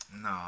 No